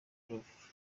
prof